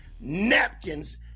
napkins